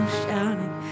shouting